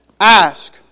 ask